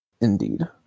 Indeed